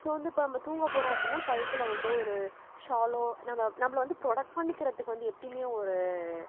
so வந்து இப்போ நம்ம தூங்க போகிறோம் அப்டின்னா கழுத்தில் வந்து ஒரு ஷாலோ நம்ம நம்மள வந்து ப்ரொடக்ட் பண்ணிக்கறதுக்கு வந்து எப்போயுமே ஒரு